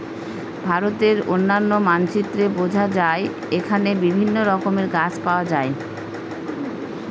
ভারতের অনন্য মানচিত্রে বোঝা যায় এখানে বিভিন্ন রকমের গাছ পাওয়া যায়